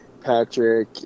Patrick